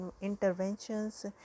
interventions